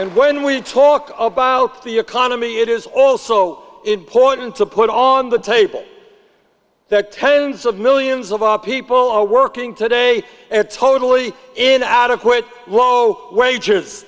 own when we talk about the economy it is also important to put on the table that tens of millions of people are working today at totally in adequate low wages